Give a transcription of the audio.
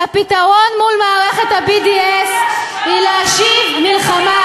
והפתרון מול מערכת ה-BDS הוא להשיב מלחמה.